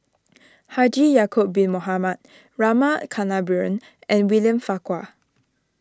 Haji Ya'Acob Bin Mohamed Rama Kannabiran and William Farquhar